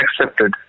accepted